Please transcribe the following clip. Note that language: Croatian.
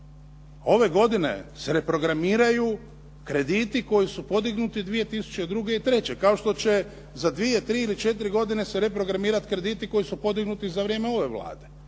Ove godine se reprogramiraju krediti koji su podignuti 2002. i 2003. kao što će za dvije, tri ili četiri godine se reprogramirati krediti koji su podignuti za vrijeme ove Vlade.